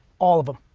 all of em.